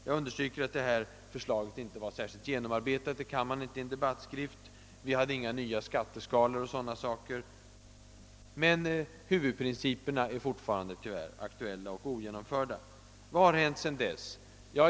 Jag understryker än en gång att förslaget inte var särskilt genomarbetat. Så kan inte bli fallet i en debattskrift. Vi hade inga nya skatteskalor och sådana saker. Huvudprinciperna är dock, som sagt, fortfarande aktuella och ogenomförda. Vad har hänt sedan dess?